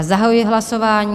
Zahajuji hlasování.